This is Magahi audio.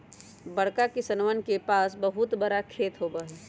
बड़का किसनवन के पास बहुत बड़ा खेत होबा हई